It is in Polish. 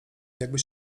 jakby